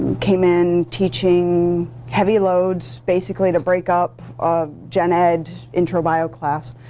and came in teaching heavy loads, basically the breakup of gen ed, intro bio class